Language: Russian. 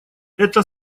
это